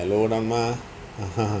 I lower down mah